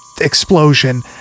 explosion